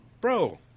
bro